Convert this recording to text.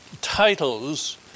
titles